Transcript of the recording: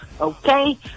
Okay